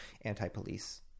anti-police